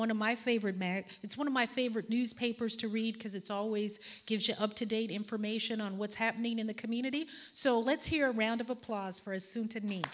one of my favorite it's one of my favorite newspapers to read because it's always gives you up to date information on what's happening in the community so let's hear a round of applause for a suited